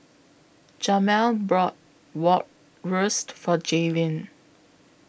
Jamel bought Bratwurst For Jaylin